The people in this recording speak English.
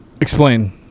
Explain